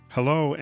Hello